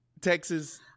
Texas